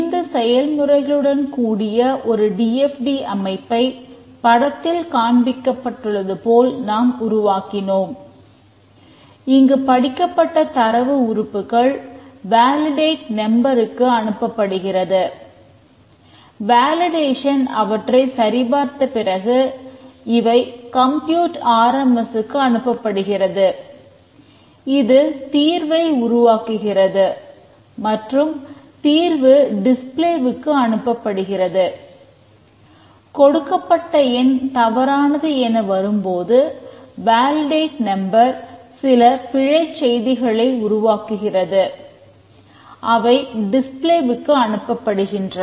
இந்த செயல்முறைகளுடன் கூடிய ஒரு டி எஃப் டி வுக்கு அனுப்பப்படுகின்றன